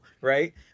right